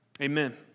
Amen